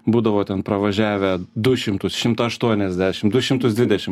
būdavo ten pravažiavę du šimtus šimtą aštuoniasdešimt du šimtus dvidešimt